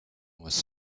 was